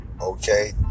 Okay